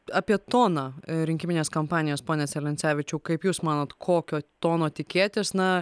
apie toną rinkiminės kampanijos pone celencevičiau kaip jūs manot kokio tono tikėtis na